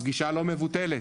הפגישה לא מבוטלת,